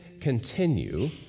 continue